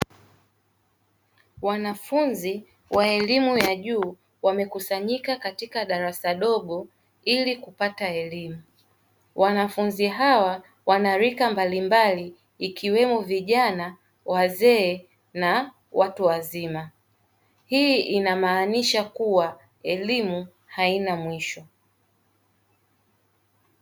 Wanafunzi wa elimu ya juu wamekusanyika katika darasa dogo ili kupata elimu. Wanafunzi hawa wana rika mbalimbali ikiwemo vijana, wazee na watu wazima. Hii inamaanisha kuwa elimu haina mwisho.